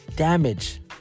Damage